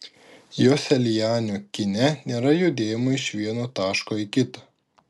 joselianio kine nėra judėjimo iš vieno taško į kitą